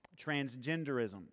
Transgenderism